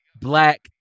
Black